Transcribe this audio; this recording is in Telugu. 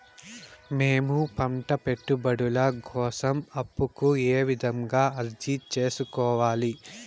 మేము పంట పెట్టుబడుల కోసం అప్పు కు ఏ విధంగా అర్జీ సేసుకోవాలి?